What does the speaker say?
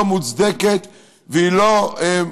לא מוצדקת והיא לא מתחשבת,